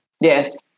Yes